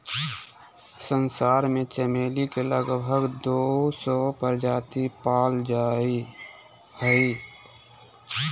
संसार में चमेली के लगभग दू सौ प्रजाति पाल जा हइ